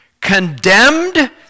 condemned